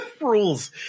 rules